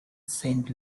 saint